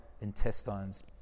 intestines